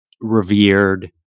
revered